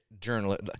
journalist